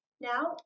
now